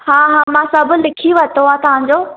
हा हा मां सभ लिखी वरितो आहे तांजो